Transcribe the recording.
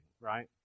right